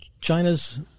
China's